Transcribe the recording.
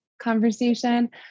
conversation